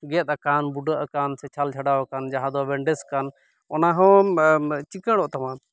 ᱜᱮᱫᱽ ᱟᱠᱟᱱ ᱵᱩᱰᱟᱹᱜ ᱟᱠᱟᱱ ᱥᱮ ᱪᱷᱟᱞ ᱪᱷᱟᱲᱟᱣ ᱟᱠᱟᱱ ᱡᱟᱦᱟᱸ ᱫᱚ ᱵᱮᱱᱰᱮᱡᱽ ᱟᱠᱟᱱ ᱚᱱᱟᱦᱚᱢ ᱪᱤᱠᱟᱹᱲᱚᱜ ᱛᱟᱢᱟ